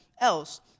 else